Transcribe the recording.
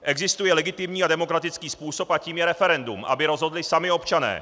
Existuje legitimní a demokratický způsob a tím je referendum, aby rozhodli sami občané.